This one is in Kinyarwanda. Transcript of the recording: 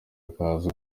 ukaza